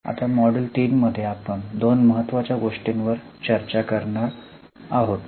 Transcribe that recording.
आता मॉड्यूल 3 मध्ये आपण दोन महत्वाच्या गोष्टींवर चर्चा करणार आहोत